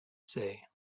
say